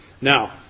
Now